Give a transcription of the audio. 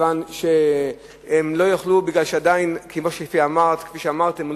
כי כפי שאמרתם,